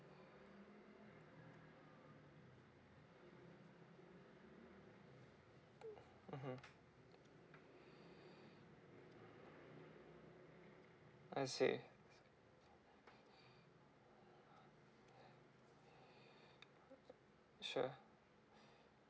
mmhmm I see sure